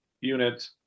Unit